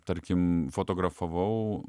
tarkim fotografavau